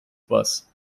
was